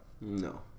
No